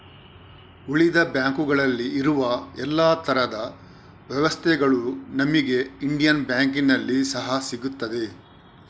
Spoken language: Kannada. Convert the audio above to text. ಉಳಿದ ಬ್ಯಾಂಕುಗಳಲ್ಲಿ ಇರುವ ಎಲ್ಲಾ ತರದ ವ್ಯವಸ್ಥೆಗಳು ನಮಿಗೆ ಇಂಡಿಯನ್ ಬ್ಯಾಂಕಿನಲ್ಲಿ ಸಹಾ ಸಿಗ್ತದೆ